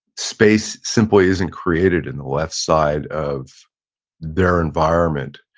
space simply isn't created in the left side of their environment,